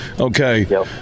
okay